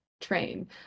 train